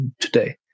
today